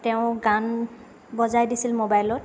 তেওঁ গান বজাই দিছিল ম'বাইলত